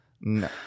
No